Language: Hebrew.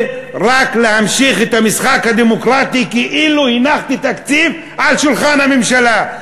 זה רק להמשיך את המשחק הדמוקרטי כאילו הנחתי תקציב על שולחן הממשלה.